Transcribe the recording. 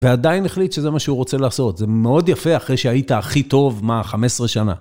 ועדיין החליט שזה מה שהוא רוצה לעשות. זה מאוד יפה אחרי שהיית הכי טוב מה?.. 15 שנה.